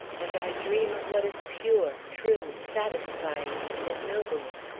and i dream of what is pure, true, satisfying, and ennobling.